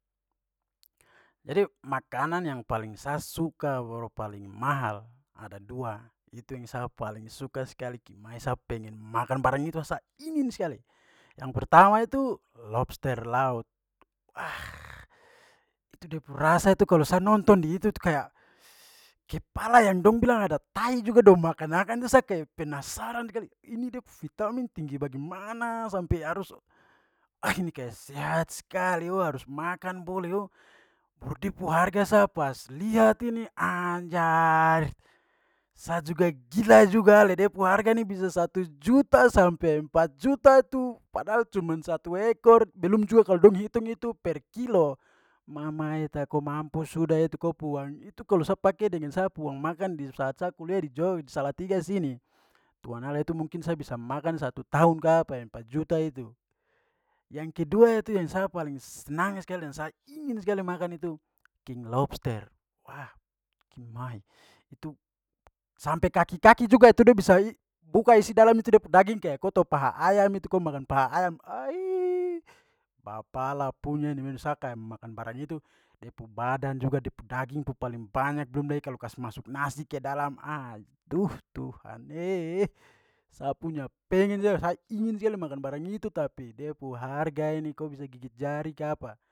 Jadi makanan yang paling sa suka baru paling mahal ada dua itu yang sa paling suka skali, kimai, sa pengen makan barang itu, sa ingin skali, yang pertama tu lobster laut. Ah, itu dia pu rasa itu kalau sa nonton di itu tu kayak kepala yang dong bilang ada tai juga dong makan akan tu sa kayak penasaran skali. Ini dia pu vitamin tinggi bagaimana sampai harus ini kayak sehat skali o, harus makan boleh o. Baru da pu harga sa pas liat ini anjay sa juga gila juga lia de pu harga ni bisa satu juta sampai empat juta tu padahal cuman satu ekor. Belum juga kalau dong hitung itu per kilo, mama eta, ko mampus sudah tu ko pua uang, itu kalau sa pake dengan sa pu uang makan di saat-saat kulih di jo-salatiga sini, tuan allah, itu mungkin sa bisa makan satu tahun kapa empat juta itu. Yang kedua itu yang sa paling senang skali yang sa ingin skali makan itu king lobster, wah, kimai itu sampai kaki-kaki juga tu da bisa buka isi dalam itu da pu daging kayak ko tau paha ayam itu ko makan paha ayam, aih, papala punya ini memang, sa kayak makan barang itu. Da pu badan juga da pu daging tu paling banyak. Belum lagi kalau kasi masuk nasi ke dalam, aduh tuhan e, sa punya pengen saja. Sa ingin skali makan barang itu tapi da pu harga ini ko bisa gigit jari kapa.